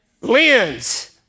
lens